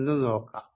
നമുക്ക് നോക്കാം